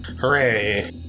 Hooray